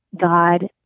God